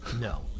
no